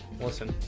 watson